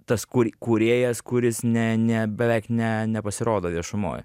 tas kūr kūrėjas kuris ne ne beveik ne nepasirodo viešumoj